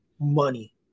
money